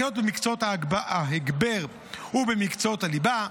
הקלות במקצועות ההגבר ובמקצועות הליבה,